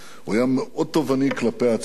הוא היה מאוד תובעני כלפי עצמו,